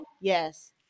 Yes